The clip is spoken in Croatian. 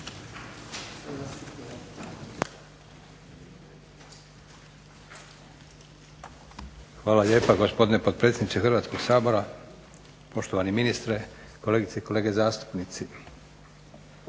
Hvala lijepa gospodine potpredsjedniče Hrvatskog sabora, poštovani ministre, kolegice i kolege zastupnici.